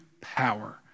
power